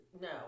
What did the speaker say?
No